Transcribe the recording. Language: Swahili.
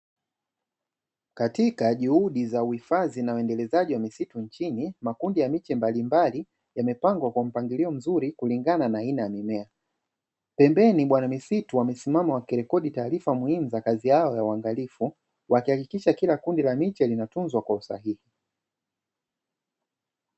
Katika juhudi za uhifadhi na uendelezaji wa misitu nchini, makundi ya miche mbalimbali yamepangwa kwa mpangilio mzuri kulingana na aina ya mimea. Pembeni bwana misitu wamesimama wakirekodi taarifa muhimu za kazi yao ya uangalifu, wakihakikisha kila kundi la miche linatunzwa kwa usahihi.